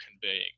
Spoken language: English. conveying